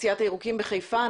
סיעת הירוקים בחיפה.